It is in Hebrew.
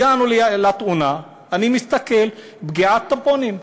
הגענו לתאונה, אני מסתכל, פגיעת טמבונים.